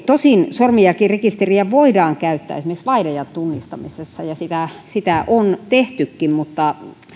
tosin sormenjälkirekisteriä voidaan käyttää esimerkiksi vainajan tunnistamisessa ja sitä sitä on tehtykin mutta